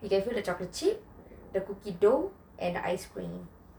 you can feel the chocolate chip the cookie dough and the ice cream